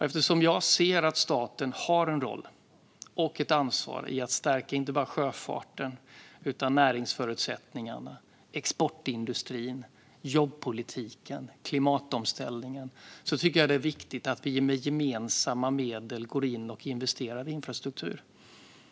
Eftersom jag ser att staten har en roll och ett ansvar i att stärka inte bara sjöfarten utan också näringsförutsättningarna, exportindustrin, jobbpolitiken och klimatomställningen tycker jag att det är viktigt att vi med gemensamma medel går in och investerar i infrastruktur.